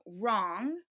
wrong